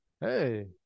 Hey